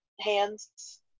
hands